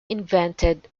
invented